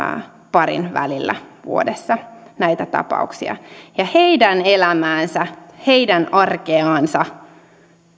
parin välillä vuodessa näitä tapauksia heidän elämäänsä heidän arkeansa